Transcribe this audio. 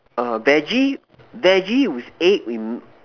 err veggie veggie with egg with